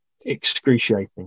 excruciating